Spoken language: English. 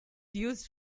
used